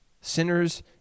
Sinners